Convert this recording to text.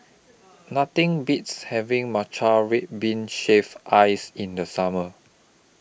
Nothing Beats having Matcha Red Bean Shaved Ice in The Summer